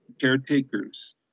caretakers